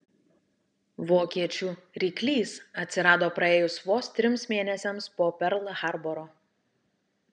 vokiečių ryklys atsirado praėjus vos trims mėnesiams po perl harboro